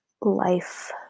life